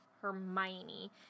Hermione